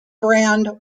brand